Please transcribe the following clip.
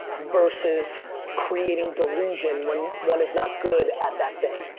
versus creating delusion when one is not good at that thing?